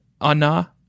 Anna